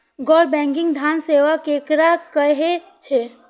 गैर बैंकिंग धान सेवा केकरा कहे छे?